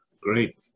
great